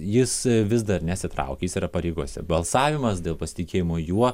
jis vis dar nesitraukia jis yra pareigose balsavimas dėl pasitikėjimo juo